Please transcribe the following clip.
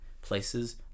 Places